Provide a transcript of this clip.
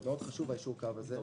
חשוב מאוד יישור הקו הזה.